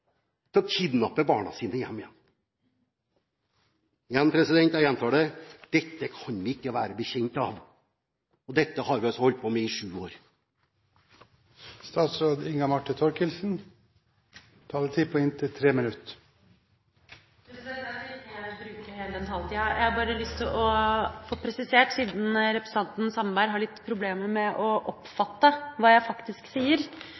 til å kidnappe barna sine hjem igjen. Jeg gjentar det: Dette kan vi ikke være bekjent av. Og dette har vi altså holdt på med i sju år. Neste taler er statsråd Inga Marte Thorkildsen, som har en taletid på inntil 3 minutter. President, jeg skal ikke bruke hele den taletida. Jeg har bare lyst til å presisere, siden representanten Sandberg har litt problemer med å oppfatte hva jeg faktisk sier,